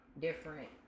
different